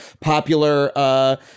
popular